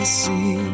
see